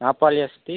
நாப்பாலியா street